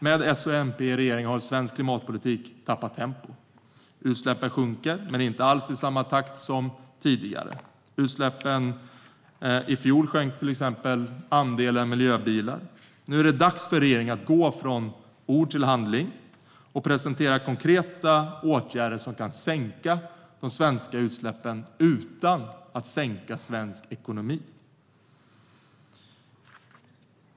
Med S och MP i regering har svensk klimatpolitik tappat tempo. Utsläppen sjunker men inte alls i samma takt som tidigare. I fjol minskade till exempel andelen miljöbilar. Nu är det dags för regeringen att gå från ord till handling och presentera konkreta åtgärder som kan sänka de svenska utsläppen utan att sänka svensk ekonomi.